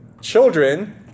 children